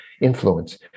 influence